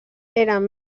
eren